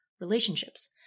relationships